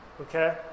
Okay